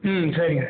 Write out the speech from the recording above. ம் சரிங்க